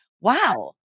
wow